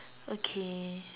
okay